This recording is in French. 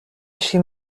chez